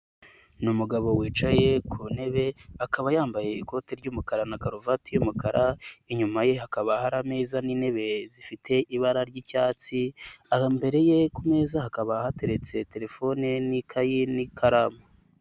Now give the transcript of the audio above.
Ni umugabo wicaye ku ntebe akaba yambaye ikoti ry'umukara na karuvati y'umukara, inyuma ye hakaba hari ameza n'intebe zifite ibara ry'icyatsi, imbere ye ku meza hakaba hateretse telefone ye n'ikayi n'ikaramu.